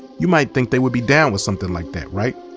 you might think they would be down with something like that, right?